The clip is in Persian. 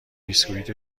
بسکویت